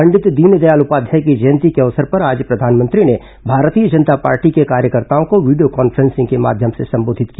पंडित दीनदयाल उपाध्याय की जयंती के अवसर पर आज प्रधानमंत्री ने भारतीय जनता पार्टी के कार्यकर्ताओं को वीडियो कॉन्फ्रेंसिंग के माध्यम से संबोधित किया